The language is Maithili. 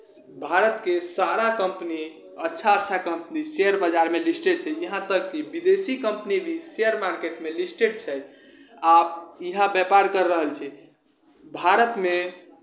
भारतके सारा कम्पनी अच्छा अच्छा कम्पनी शेयर बाजारमे लिस्टेड छै यहाँ तक कि विदेशी कम्पनी भी शेयर मार्केटमे लिस्टेड छै आओर इएह व्यापार करि रहल छै भारतमे